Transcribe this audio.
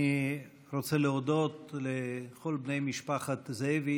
אני רוצה להודות לכל בני משפחת זאבי,